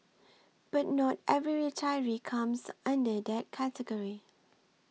but not every retiree comes under that category